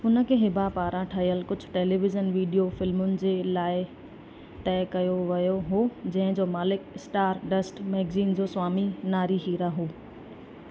हुनखे हिबा पारां ठहियल कुझु टेलीविज़न वीडियो फिल्मुनि जे लाइ तय कयो वियो हो जंहिंजो मालिक स्टारडस्ट मैगज़िन जो स्वामी नारी हीरा हो